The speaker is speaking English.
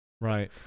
Right